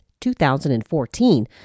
2014